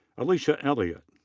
alishia elliott.